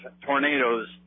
tornadoes